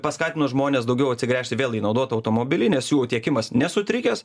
paskatino žmones daugiau atsigręžti vėl į naudotą automobilį nes jų tiekimas nesutrikęs